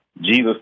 Jesus